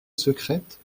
secrète